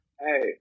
Hey